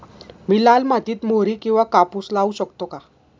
मी लाल मातीत मोहरी किंवा कापूस लावू शकतो का?